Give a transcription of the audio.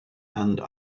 and